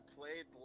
played